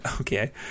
Okay